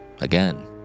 again